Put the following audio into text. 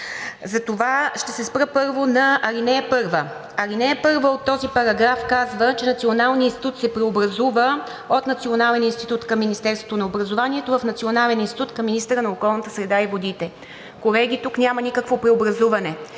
Затова ще се спра, първо, на ал. 1. Ал. 1 от този параграф казва, че Националният институт се преобразува от Национален институт към Министерството на образованието в Национален институт към министъра на околната среда и водите. Колеги, тук няма никакво преобразуване